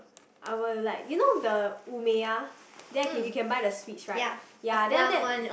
I will like you know the Umeya then I can you can buy the sweets right ya then after that